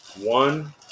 one